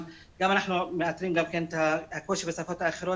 אנחנו גם מאתרים את הקושי בשפות האחרות,